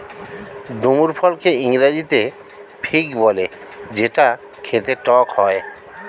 ডুমুর ফলকে ইংরেজিতে ফিগ বলে যেটা খেতে টক হয়